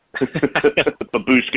Babushka